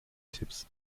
tipps